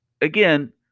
again